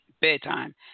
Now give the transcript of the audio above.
bedtime